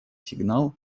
сигнал